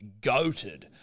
Goated